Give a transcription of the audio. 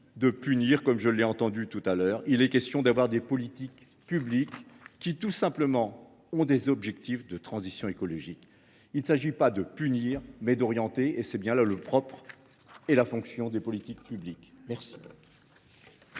de punir, comme je l’ai entendu tout à l’heure : il est question de promouvoir des politiques publiques qui sont tout simplement mues par des objectifs de transition écologique. Il s’agit non pas de punir, mais d’orienter ; c’est bien là le propre et la fonction des politiques publiques. La